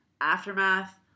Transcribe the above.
Aftermath